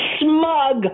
smug